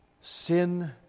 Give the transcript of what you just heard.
sin